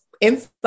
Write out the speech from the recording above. inside